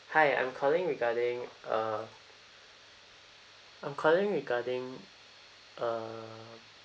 hi I'm calling regarding uh I'm calling regarding uh